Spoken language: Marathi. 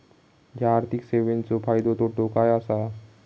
हया आर्थिक सेवेंचो फायदो तोटो काय आसा?